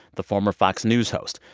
the former fox news host.